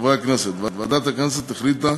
חברי הכנסת, ועדת הכנסת החליטה